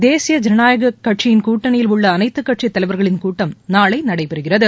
தேசிய ஜனநாயகக் கட்சியின் கூட்டணியில் உள்ள அனைத்து கட்சித் தலைவர்களின் கூட்டம் நாளை நடைபெறுகிறது